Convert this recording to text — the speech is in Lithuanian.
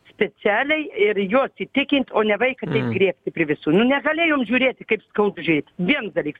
specialiai ir juos įtikinti o ne vaiką taip griebti prie visų nu negalejom žiūrėti kaip skaudu žiūrėt viens dalyks